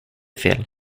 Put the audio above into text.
fel